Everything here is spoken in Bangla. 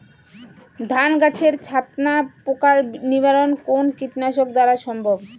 ধান গাছের ছাতনা পোকার নিবারণ কোন কীটনাশক দ্বারা সম্ভব?